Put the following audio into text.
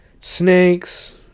Snakes